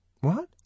What